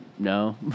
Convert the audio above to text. no